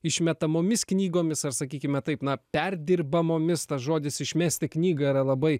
išmetamomis knygomis ar sakykime taip na perdirbamomis tas žodis išmesti knygą yra labai